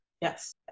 Yes